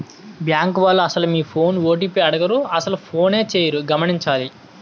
bank వాళ్లు అసలు మీ ఫోన్ ఓ.టి.పి అడగరు అసలు ఫోనే చేయరు గమనించాలి